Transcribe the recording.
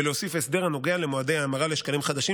ולהוסיף הסדר הנוגע למועדי ההמרה לשקלים חדשים